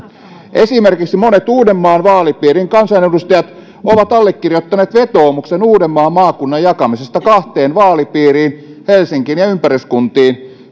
esimerkiksi monet uudenmaan vaalipiirin kansanedustajat ovat allekirjoittaneet vetoomuksen uudenmaan maakunnan jakamisesta kahteen vaalipiiriin helsinkiin ja ja ympäryskuntiin